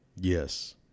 Yes